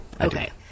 Okay